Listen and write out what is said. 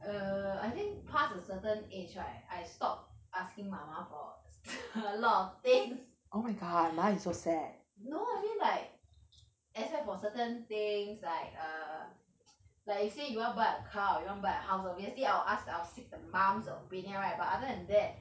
err I think past a certain age right I stop asking 妈妈 for a lot of things no I mean like except for certain things like err like you say you want to buy a car or you want to buy a house obviously I will ask I will seek the mom's opinion right other than that